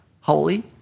Holy